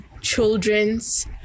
children's